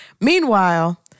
Meanwhile